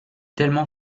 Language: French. tellement